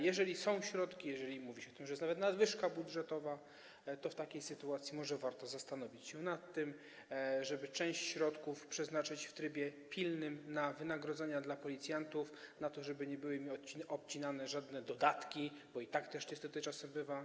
Jeżeli są środki, a mówi się o tym, że jest nawet nadwyżka budżetowa, to w takiej sytuacji może warto zastanowić się nad tym, żeby część środków przeznaczyć w trybie pilnym na wynagrodzenia dla policjantów, na to, żeby nie były im obcinane żadne dodatki, bo i tak też niestety czasem bywa.